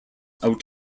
out